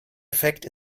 effekt